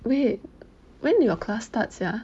wait when your class starts sia